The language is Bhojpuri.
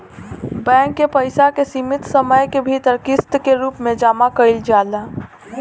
बैंक के पइसा के सीमित समय के भीतर किस्त के रूप में जामा कईल जाला